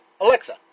Alexa